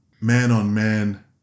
man-on-man